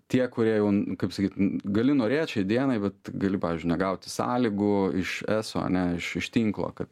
tie kurie jau kaip sakyt gali norėt šiai dienai bet gali pavyzdžiui negaut sąlygų iš s o ne iš iš tinklo kad